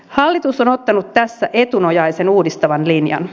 hallitus on ottanut tässä etunojaisen uudistavan linjan